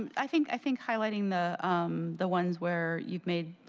i think i think highlighting the um the ones where you've made